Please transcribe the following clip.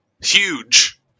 huge